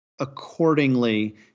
Accordingly